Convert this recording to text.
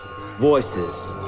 voices